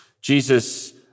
Jesus